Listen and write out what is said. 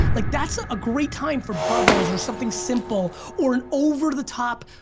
like that's a ah great time for bubbles or something simple or an over-the-top,